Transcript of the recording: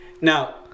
now